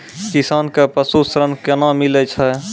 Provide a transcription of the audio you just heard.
किसान कऽ पसु ऋण कोना मिलै छै?